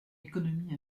économie